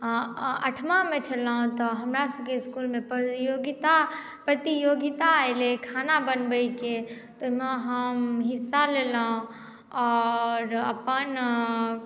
आठमामे छलहुँ तऽ हमरा सभके इसकुलमे प्रतियोगिता एलै खाना बनबैके तऽ ओहिमे हम हिस्सा लेलहुँ आओर अपन